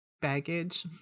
Baggage